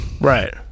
Right